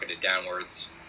downwards